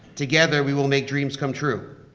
together we will make dreams come true.